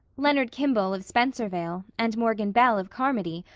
leonard kimball, of spencervale, and morgan bell, of carmody,